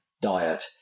diet